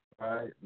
right